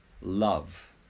love